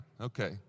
okay